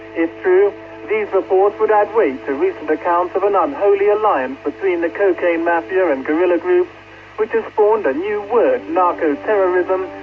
if true, these reports would add weight to recent accounts of an unholy alliance between the cocaine mafia and guerrilla groups which has ah spawned a new word, narco-terrorism,